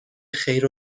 خیر